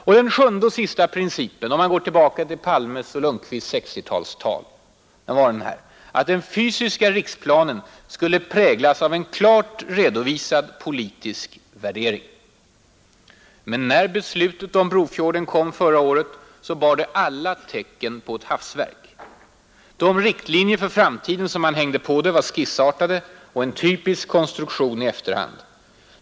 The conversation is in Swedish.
7) Den sjunde och sista principen, om man går tillbaka till herrar Palmes och Lundkvists tal på 1960-talet, var att den fysiska riksplanen skulle präglas av en klart redovisad politisk värdering. Men när beslutet om Brofjorden kom förra året bar det alla tecken på 51 ett hafsverk. De riktlinjer för framtiden som man hängde på det var skissartade och en typisk konstruktion i efterhand.